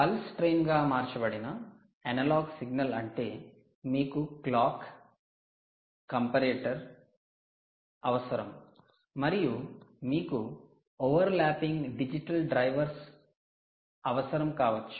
pulse train గా మార్చబడిన analog signal అంటే మీకు 'క్లాక్"clock' 'కంపారేటర్' 'comparator' అవసరం మరియు మీకు 'non overlapping digital drivers' 'non overlapping digital drivers' అవసరం కావచ్చు